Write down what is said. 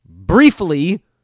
briefly